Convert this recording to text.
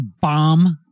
bomb